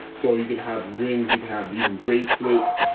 so you can have rings you can have beaver and bracelets,